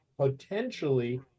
potentially